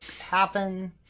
happen